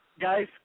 Guys